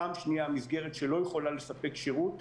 פעם שנייה, מסגרת שלא יכולה לספק שירות.